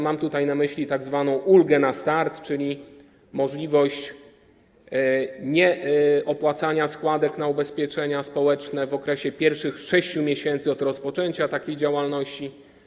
Mam tutaj na myśli tzw. ulgę na start, czyli możliwość nieopłacania składek na ubezpieczenia społeczne w okresie pierwszych 6 miesięcy od rozpoczęcia takiej działalności.